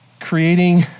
creating